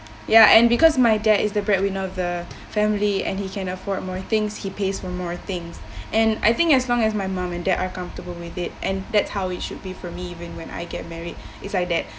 ya and because my dad is the breadwinner of the family and he can afford more things he pays for more things and I think as long as my mum and dad are comfortable with it and that's how it should be for me even when I get married is like that